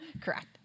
Correct